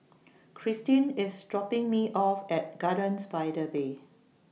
Christine IS dropping Me off At Gardens By The Bay